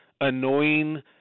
annoying